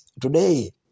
today